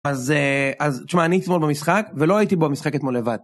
אז אה... אז תשמע, אני הייתי אתמול במשחק, ולא הייתי במשחק אתמול לבד.